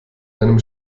deinem